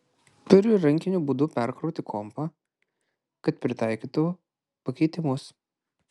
turi rankiniu būdu perkrauti kompą kad pritaikytų pakeitimus